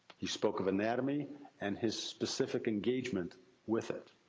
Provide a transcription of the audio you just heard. he spoke of anatomy and his specific engagement with it.